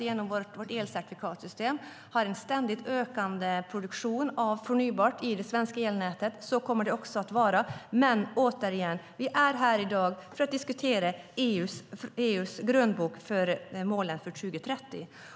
Genom vårt elcertifikatssystem sker en ständigt ökande produktion av förnybart i det svenska elnätet, och så kommer det också att vara. Men jag upprepar att vi är här i dag för att diskutera EU:s grönbok för målen för 2030.